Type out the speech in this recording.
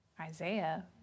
Isaiah